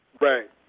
Right